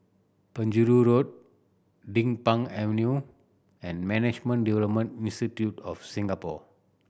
Penjuru Road Din Pang Avenue and Management Development Institute of Singapore